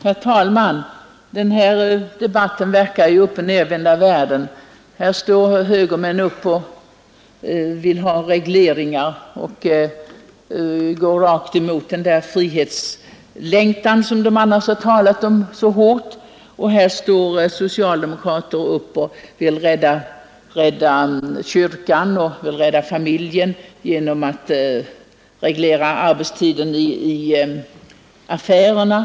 Herr talman! Den här debatten verkar ju uppoch nedvända världen. Här står högermän upp och vill ha regleringar och går rakt emot den där frihetslängtan som de annars har talat om så hårt, och här står socialdemokrater upp och vill rädda kyrkan och familjen genom att reglera arbetstiden i affärerna.